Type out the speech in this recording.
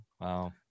Wow